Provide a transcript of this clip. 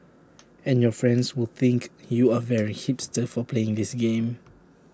and your friends will think you are very hipster for playing this game